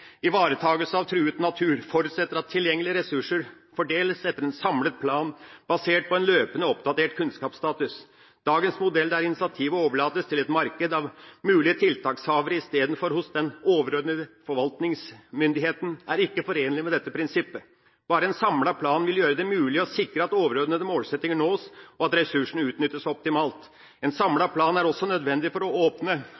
samlet plan, basert på en løpende oppdatert kunnskapsstatus. Dagens modell, der initiativet overlates til et marked av mulige tiltakshavere i stedet for hos den overordnete forvaltningsmyndigheten, er ikke forenlig med dette prinsippet. Bare en samlet plan vil gjøre det mulig å sikre at overordnete målsettinger nås og at ressursene utnyttes optimalt. En